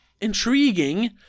intriguing